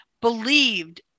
believed